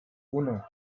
uno